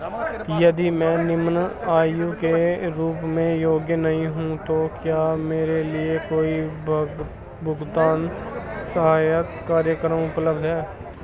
यदि मैं निम्न आय के रूप में योग्य नहीं हूँ तो क्या मेरे लिए कोई भुगतान सहायता कार्यक्रम उपलब्ध है?